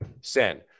Send